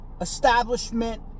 establishment